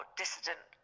dissident